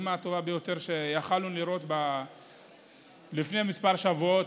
הדוגמה הטובה ביותר שיכולנו לראות הייתה לפני כמה שבועות,